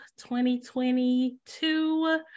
2022